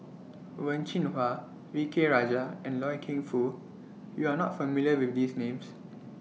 Wen Jinhua V K Rajah and Loy Keng Foo YOU Are not familiar with These Names